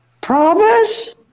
Promise